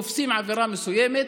תופסים עבירה מסוימת,